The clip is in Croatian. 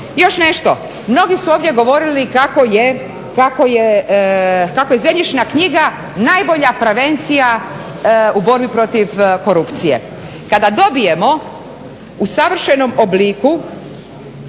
Još nešto, mnogi su ovdje govorili kako je zemljišna knjiga najbolja prevencija u borbi protiv korupcije. Kada dobijemo u savršenom obliku